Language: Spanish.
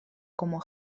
como